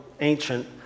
ancient